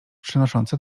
przynosząca